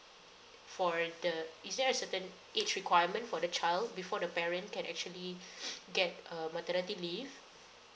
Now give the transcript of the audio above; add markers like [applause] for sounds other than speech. for the is there a certain age requirement for the child before the parent can actually [breath] get a maternity leave